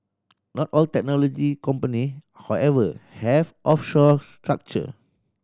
not all technology company however have offshore structure